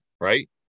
right